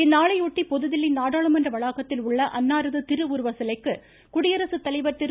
இந்நாளையொட்டி புதுதில்லி நாடாளுமன்ற வளாகத்தில் உள்ள அன்னாரது திருவுருவச் சிலைக்கு குடியரசுத் தலைவர் திரு